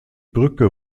brücke